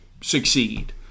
succeed